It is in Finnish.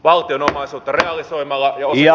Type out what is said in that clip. valtion omaisuutta realisoimalla ja